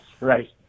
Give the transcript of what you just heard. right